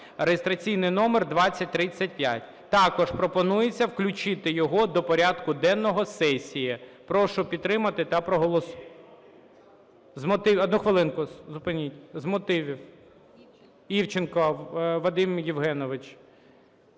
(реєстраційний номер 2035). Також пропонується включити його до порядку денного сесії. Прошу підтримати та… З мотивів. Одну хвилинку, зупиніть! З мотивів – Івченко Вадим Євгенович.